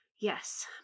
Yes